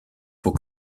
pour